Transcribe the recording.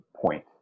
point